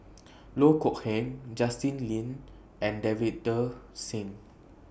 Loh Kok Heng Justin Lean and Davinder Singh